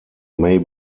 may